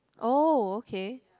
oh okay